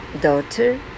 daughter